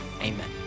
amen